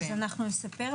אז אנחנו נספר,